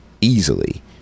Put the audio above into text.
easily